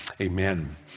amen